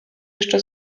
jeszcze